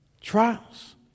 trials